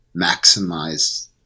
maximize